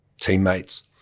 teammates